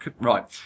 Right